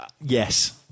Yes